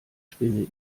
spinne